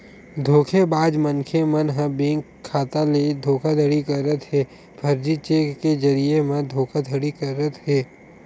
धोखेबाज मनखे मन ह बेंक खाता ले धोखाघड़ी करत हे, फरजी चेक के जरिए म धोखाघड़ी करत हे